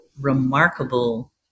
remarkable